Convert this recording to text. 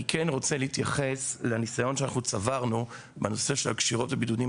אני כן רוצה להתייחס לניסיון שצברנו בנושא הקשירות והבידודים.